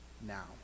now